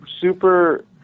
super